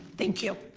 thank you.